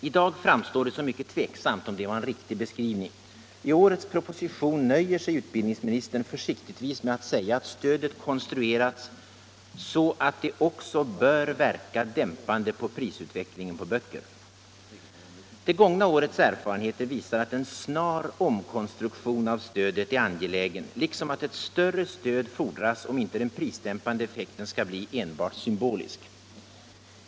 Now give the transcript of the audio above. I dag framstår det som mycket tveksamt om detta var en riktig beskrivning. I årets proposition nöjer sig utbildningsministern försiktigtvis med att säga att stödet konstruerats ”så att det också bör verka dämpande på prisutvecklingen på böcker”. Det gångna årets erfarenheter visar att en snar omkonstruktion av stödet är angelägen liksom att ett större stöd fordras om inte den prisdämpande effekten skall bli enbart symbolisk.